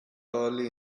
early